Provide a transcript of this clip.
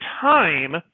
time